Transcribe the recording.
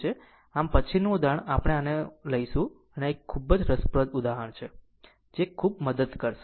આમ હવે પછીનું ઉદાહરણ આપણે આને આમાં લઈ જઈશું આ એક ખૂબ જ રસપ્રદ ઉદાહરણ છે જે ખૂબ મદદ કરશે